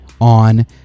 On